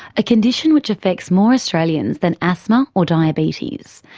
a condition which affects more australians than asthma or diabetes.